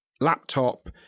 laptop